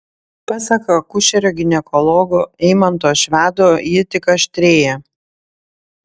pasak akušerio ginekologo eimanto švedo ji tik aštrėja